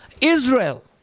Israel